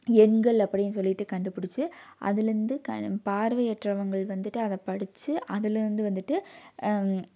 எண்கள் அப்படின்னு சொல்லிட்டு கண்டுபிடிச்சு அதிலருந்து கண் பார்வையற்றவர்கள் வந்துட்டு அதை படித்து அதிலருந்து வந்துட்டு